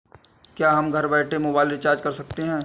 क्या हम घर बैठे मोबाइल रिचार्ज कर सकते हैं?